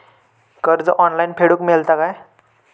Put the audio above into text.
कर्ज ऑनलाइन फेडूक मेलता काय?